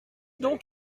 donc